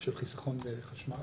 של חיסכון בחשמל,